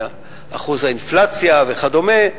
אחוז האינפלציה וכדומה,